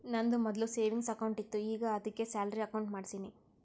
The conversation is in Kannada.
ನಂದು ಮೊದ್ಲು ಸೆವಿಂಗ್ಸ್ ಅಕೌಂಟ್ ಇತ್ತು ಈಗ ಆದ್ದುಕೆ ಸ್ಯಾಲರಿ ಅಕೌಂಟ್ ಮಾಡ್ಸಿನಿ